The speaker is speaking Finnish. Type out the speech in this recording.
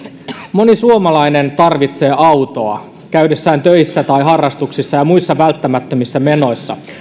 moni suomalainen tarvitsee autoa käydessään töissä tai harrastuksissa ja muissa välttämättömissä menoissa